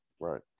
Right